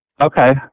Okay